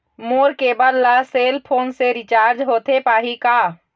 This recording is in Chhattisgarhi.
मोर केबल ला सेल फोन से रिचार्ज होथे पाही का?